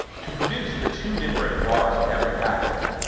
to produce the two different bars in every package,